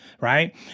right